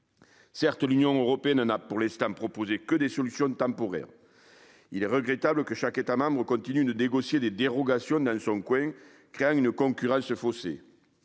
Certes, l'Union européenne n'a, pour l'instant, proposé que des solutions temporaires. Il est regrettable que chaque État membre continue de négocier des dérogations dans son coin, créant une concurrence faussée.